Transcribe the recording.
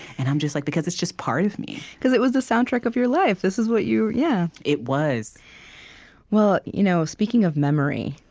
and i'm just like, because it's just part of me. because it was the soundtrack of your life. this is what you were yeah it was well, you know speaking of memory,